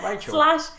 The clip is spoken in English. slash